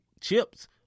chips